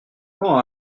quand